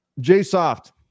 Jsoft